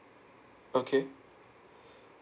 okay